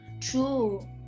True